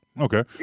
Okay